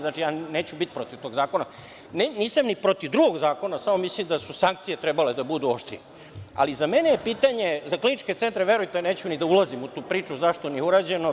Znači, neću biti protiv tog zakona, a nisam ni protiv drugog zakona samo mislim da su sankcije trebale da budu oštrije, ali za mene je pitanje, odnosno ta kliničke centre, verujte neću ni da ulazim u tu priču zašto nije urađeno.